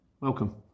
welcome